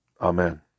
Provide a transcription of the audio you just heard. Amen